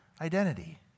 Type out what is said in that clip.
identity